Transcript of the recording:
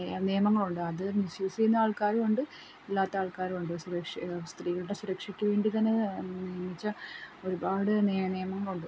നിയമങ്ങളുണ്ട് അത് മിസ്സ്യൂസ് ചെയ്യുന്ന ആൾക്കാരും ഉണ്ട് അല്ലാത്ത ആൾക്കാരും ഉണ്ട് സുരക്ഷ സ്ത്രീയുടെ സുരക്ഷയ്ക്ക് വേണ്ടി തന്നെ എന്നുവെച്ചാൽ ഒരുപാട് നിയ നിയമങ്ങൾ ഉണ്ട്